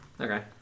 Okay